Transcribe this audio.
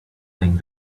thing